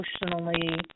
emotionally